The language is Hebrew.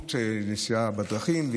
בטיחות בנסיעה בדרכים.